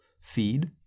feed